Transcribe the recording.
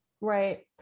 Right